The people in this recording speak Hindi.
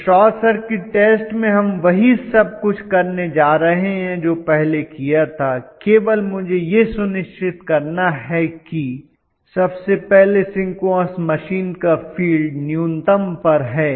तो शॉर्ट सर्किट टेस्ट में हम वही सब कुछ करने जा रहे हैं जो पहले किया था केवल मुझे यह सुनिश्चित करना है कि सबसे पहले सिंक्रोनस मशीन का फील्ड न्यूनतम पर है